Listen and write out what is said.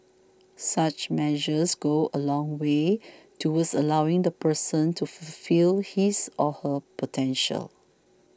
such measures go a long way towards allowing the person to fulfil his or her potential